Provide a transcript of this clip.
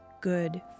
good